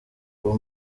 uwo